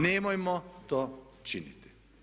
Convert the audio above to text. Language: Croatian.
Nemojmo to činiti.